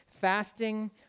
Fasting